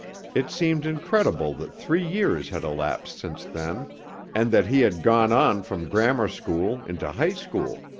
it seemed incredible that three years had elapsed since then and that he had gone on from grammar school into high school.